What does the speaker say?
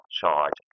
charge